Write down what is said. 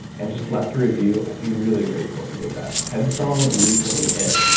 and just left a review i'd be really grateful if you did that. headstrong recently hit.